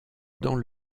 dans